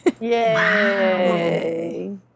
Yay